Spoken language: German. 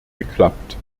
geklappt